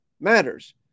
matters